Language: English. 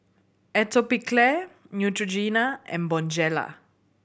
Atopiclair Neutrogena and Bonjela